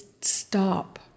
stop